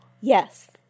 Yes